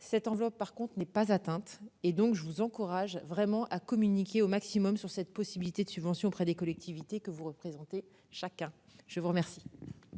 Cette enveloppe par contre n'est pas atteinte et donc je vous encourage vraiment à communiquer au maximum sur cette possibilité de subventions auprès des collectivités que vous représentez chacun je vous remercie.